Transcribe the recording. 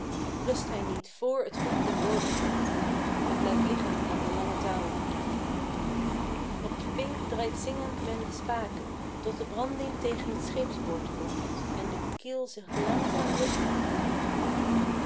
rust hij niet vr t goed den bodem vat en blijft liggen aan de lange touwen op de pink draait zingend men de spaken tot de branding tegen t scheepsboord gromt en de kiel zich langzaam los gaat maken